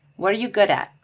what are you good at?